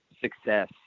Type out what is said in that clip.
success